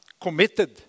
committed